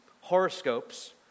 horoscopes